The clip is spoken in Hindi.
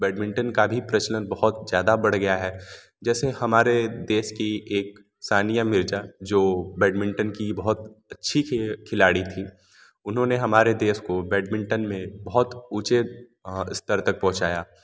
बैडमिंटन का भी प्रचलन बहुत ज़्यादा बढ़ गया है जैसे हमारे देश की एक सानिया मिर्ज़ा जो बैडमिंटन की बहुत अच्छी खिलाड़ी थीं उन्होंने हमारे देश को बैडमिंटन में बहुत ऊँचे स्तर तक पहुंचाया